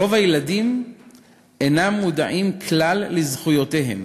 רוב הילדים אינם מודעים כלל לזכויותיהם